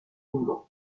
tomba